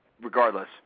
regardless